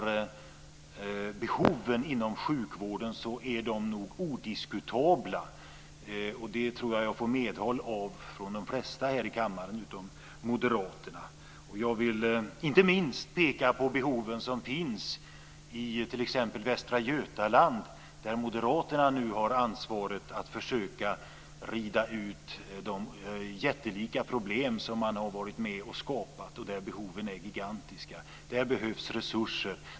Behoven inom sjukvården är odiskutabla. Där får jag medhåll av de flesta i kammaren utom moderaterna. Jag vill inte minst peka på behoven som finns i t.ex. Västra Götaland, där moderaterna nu har ansvaret för att försöka rida ut de jättelika problem man har varit med om att skapa och där behoven är gigantiska. Där behövs resurser.